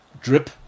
drip